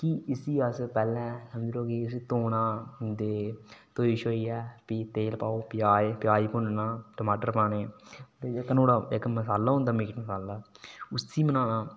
की इसी अस पैह्लें समझो कि धोना ते धोइयै प्ही तेल पाओ प्याज भुन्नना टमाटर पाने ते इक्क नुहाड़ा मसाला होंदा मीट मसाला उसी बनाना